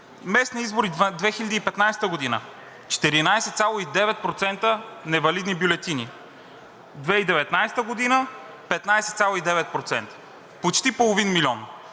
Местни избори 2015 – 14,9% невалидни бюлетини; 2019 г. – 15,9%, почти половин милион!